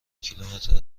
کیلومتر